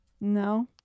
No